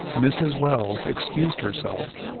mrs. welles excused herself,